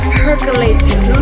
percolating